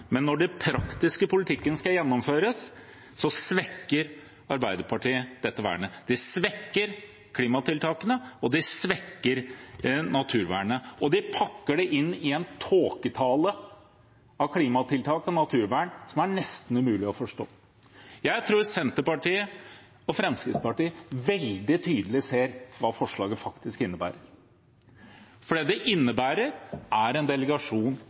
Men når den praktiske politikken skal gjennomføres, svekker Arbeiderpartiet dette vernet. De svekker klimatiltakene, og de svekker naturvernet. Og de pakker det inn i en tåketale om klimatiltak og naturvern som er nesten umulig å forstå. Jeg tror Senterpartiet og Fremskrittspartiet veldig tydelig ser hva forslaget faktisk innebærer. Det det innebærer, er en